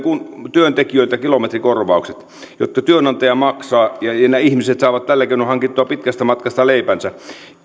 työntekijöiltä kilometrikorvaukset jotka työnantaja maksaa ja joilla keinoin ihmiset saavat hankittua pitkästä matkasta leipänsä